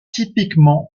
typiquement